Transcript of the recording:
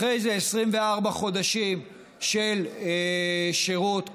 אחרי זה 24 חודשים של שירות,